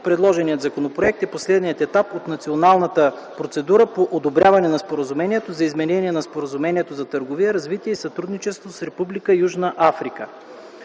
Предложеният законопроект е последният етап от националната процедура по одобряване на Споразумението за изменение на Споразумението за търговия, развитие и сътрудничество с Република Южна Африка.